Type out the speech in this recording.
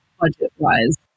budget-wise